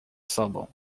sobą